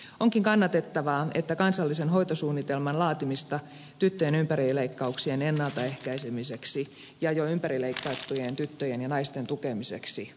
onkin kannatettavaa että kansallisen hoitosuunnitelman laatimista tyttöjen ympärileikkauksien ennalta ehkäisemiseksi ja jo ympärileikat tujen tyttöjen ja naisten tukemiseksi tehdään